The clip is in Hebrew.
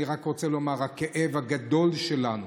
אני רק רוצה לומר שהכאב הגדול שלנו,